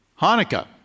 Hanukkah